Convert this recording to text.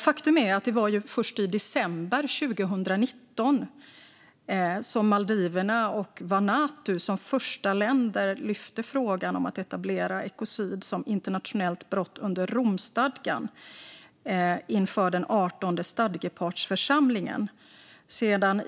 Faktum är att det var först i december 2019 som Maldiverna och Vanuatu som första länder lyfte upp frågan om att etablera ekocid som internationellt brott under Romstadgan inför den artonde stadgepartsförsamlingen.